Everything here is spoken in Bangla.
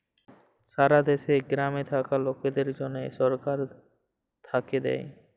সারা দ্যাশে গ্রামে থাক্যা লকদের জনহ সরকার থাক্যে দেয়